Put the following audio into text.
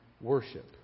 worship